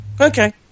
Okay